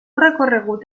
recorregut